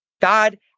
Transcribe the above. God